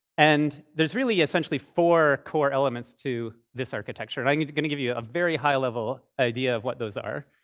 and there's really essentially four core elements to this architecture. and i mean i'm going to give you a very high-level idea of what those are.